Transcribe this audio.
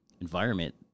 environment